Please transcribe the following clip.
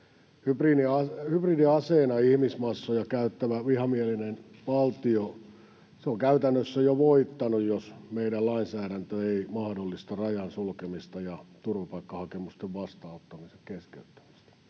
Hybridiaseena ihmismassoja käyttävä vihamielinen valtio on käytännössä jo voittanut, jos meidän lainsäädäntömme ei mahdollista rajan sulkemista ja turvapaikkahakemusten vastaanottamisen keskeyttämistä.